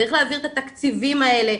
צריך להעביר את התקציבים האלה.